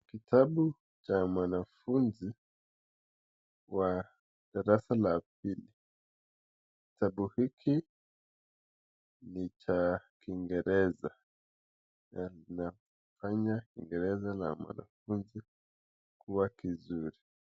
Kitabu ya mwanafunzi la darasa la sita. Kitabu hiki ni cha kingereza na inafanya kingereza ya mwanafunzi kua kizuri.